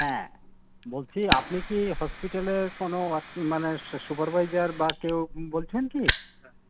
হ্যাঁ বলছি আপনি কি হসপিটালের কোনো আপনি মানে সুপারভাইজার বা কেউ বলছেন কি